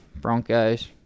Broncos